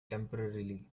temporarily